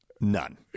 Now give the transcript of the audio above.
None